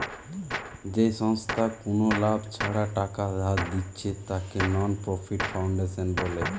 যেই সংস্থা কুনো লাভ ছাড়া টাকা ধার দিচ্ছে তাকে নন প্রফিট ফাউন্ডেশন বলে